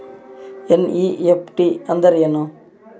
NEFT ಅಂದ್ರೆನು?